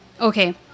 Okay